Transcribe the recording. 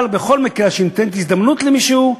אבל בכל מקרה שניתנת הזדמנות למישהו,